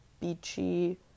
Beachy